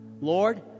Lord